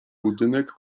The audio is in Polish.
budynek